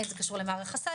האם זה קשור למערך הסייבר,